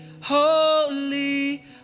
holy